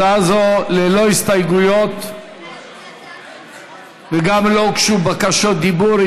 הצעה זו ללא הסתייגויות וגם לא הוגשו בקשות דיבור.